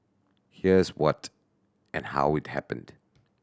here's what and how it happened